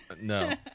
No